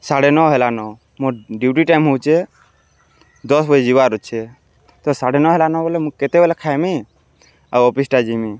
ସାଢ଼େ ନଅ ହେଲା ନ ମୋର ଡ଼୍ୟୁଟି ଟାଇମ୍ ହଉଛେ ଦଶ୍ ବଜେ ଯିବାର୍ ଅଛେ ତ ସାଢ଼େ ନଅ ହେଲାନ ବଏଲେ ମୁଇଁ କେତେବେଲେ ଖାଏମି ଆଉ ଅଫିସ୍ଟା ଯିମି